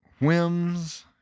whims